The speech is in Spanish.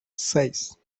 seis